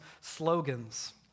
slogans